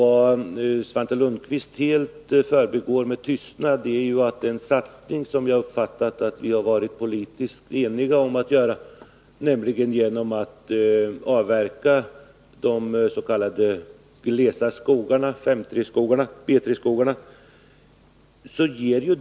Vad Svante Lundkvist helt förbigår med tystnad är att avverkningen av de s.k. glesa skogarna, 5:3-skogarna, ger ett tillskott av virke på 4 miljoner kubikmeter per år.